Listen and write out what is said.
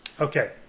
Okay